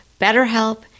BetterHelp